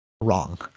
wrong